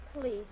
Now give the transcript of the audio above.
please